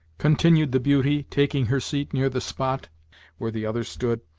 continued the beauty, taking her seat near the spot where the other stood,